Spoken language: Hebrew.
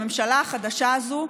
לממשלה החדשה הזאת,